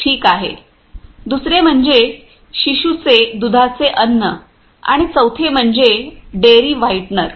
ठीक आहे दुसरे म्हणजे शिशुचे दुधाचे अन्न आणि चौथे म्हणजे डेअरी व्हाइटनर